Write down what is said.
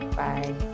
Bye